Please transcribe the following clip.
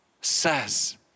says